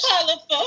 colorful